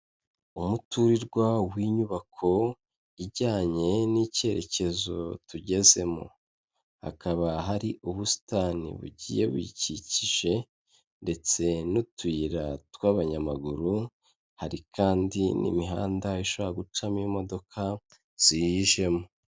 Umuturirwa w'inyubako ijyanye n'icyerekezo tugezemo. Hakaba hari ubusitani bugiye biyikikije ndetse n'utuyira tw'abanyamaguru, hari kandi n'imihanda ishobora gucamo imodoka ziyijemo.